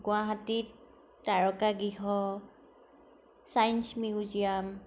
গুৱাহাটীত তাৰকা গৃহ চাইঞ্চ মিউজিয়াম